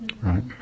Right